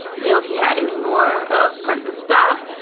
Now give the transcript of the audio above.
you know, if he had any more of princess stuff